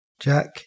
Jack